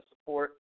support